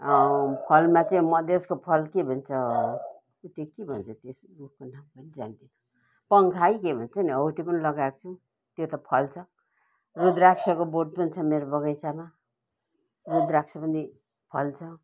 फलमा चाहिँ मधेसको फल के भन्छ उ त्यो के भन्छ तेस रुखको नाम पनि जान्दिनँ पङ्खा हो कि के भन्छ नि हो त्यो पनि लगाएको छु त्यो त फल्छ रुद्राक्षको बोट पनि छ मेरो बगैँचामा रुद्राक्ष पनि फल्छ